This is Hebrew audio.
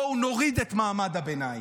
בוא נוריד את מעמד הביניים.